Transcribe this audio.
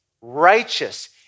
righteous